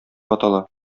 атала